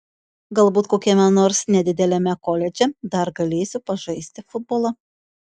galbūt kokiame nors nedideliame koledže dar galėsiu pažaisti futbolą